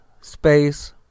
space